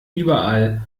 überall